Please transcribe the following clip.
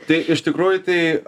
tai iš tikrųjų tai